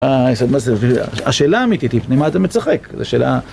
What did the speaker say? מה זה, השאלה האמיתית היא, ממה אתה מצחק, זה שאלה...